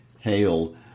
Hail